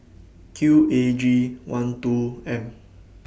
Q A G one two M